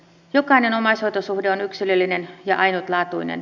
jokainen omaishoitosuhde on yksilöllinen ja ainutlaatuinen